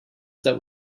that